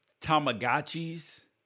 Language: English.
Tamagotchis